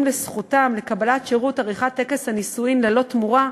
לזכותם לקבלת שירות עריכת טקס הנישואים ללא תמורה,